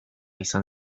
izan